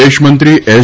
વિદેશમંત્રી એસ